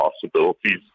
possibilities